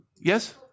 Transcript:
Yes